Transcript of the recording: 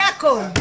זה הכל.